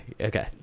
Okay